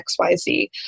XYZ